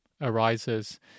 arises